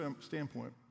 standpoint